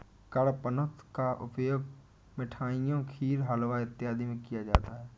कडपहनुत का उपयोग मिठाइयों खीर हलवा इत्यादि में किया जाता है